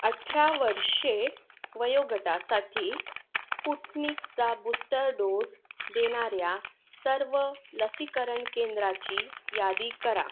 अठरा वर्षे वयोगटासाठी स्पुटनिकचा बूस्टर डोस देणाऱ्या सर्व लसीकरण केंद्राची यादी करा